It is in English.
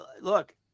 Look